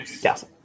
Yes